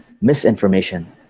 misinformation